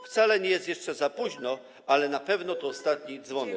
Wcale nie jest jeszcze za późno, ale na pewno to ostatni dzwonek.